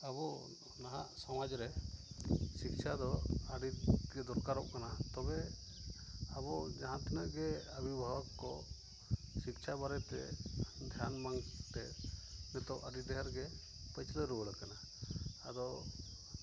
ᱟᱵᱚ ᱱᱟᱦᱟᱜ ᱥᱚᱢᱟᱡᱽᱨᱮ ᱥᱤᱥᱪᱷᱟᱫᱚ ᱟᱹᱰᱤᱜᱮ ᱫᱚᱨᱠᱟᱨᱚᱜ ᱠᱟᱱᱟ ᱛᱚᱵᱮ ᱟᱵᱚ ᱡᱟᱦᱟᱸ ᱛᱤᱱᱟᱹᱜ ᱜᱮ ᱚᱵᱷᱤᱵᱷᱟᱵᱚᱠ ᱠᱚ ᱥᱤᱠᱥᱪᱷᱟ ᱵᱟᱨᱮᱛᱮ ᱫᱷᱮᱭᱟᱱ ᱵᱟᱝᱛᱮ ᱱᱤᱛᱚᱜ ᱟᱹᱰᱤ ᱰᱷᱮᱨᱜᱮ ᱯᱟᱹᱪᱞᱟᱹᱣ ᱨᱩᱣᱟᱹᱲ ᱟᱠᱟᱱᱟ ᱟᱫᱚ